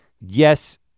yes